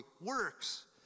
works